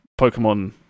Pokemon